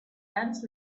ants